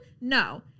No